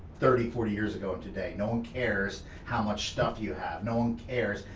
thirty, forty years ago and today. no one cares how much stuff you have. no one cares.